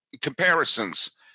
comparisons